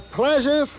pleasure